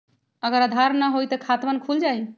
अगर आधार न होई त खातवन खुल जाई?